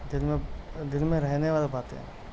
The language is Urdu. دل میں دل میں رہنے والا باتیں